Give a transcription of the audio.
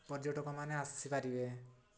ପର୍ଯ୍ୟଟକମାନେ ଆସିପାରିବେ